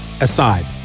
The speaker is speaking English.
aside